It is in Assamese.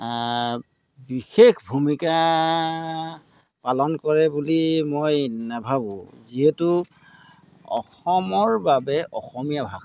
বিশেষ ভূমিকা পালন কৰে বুলি মই নাভাবোঁ যিহেতু অসমৰ বাবে অসমীয়া ভাষা